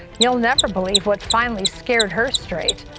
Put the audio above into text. you will never believe what finally scared her straight.